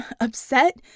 Upset